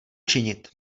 činit